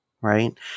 right